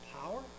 power